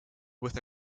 with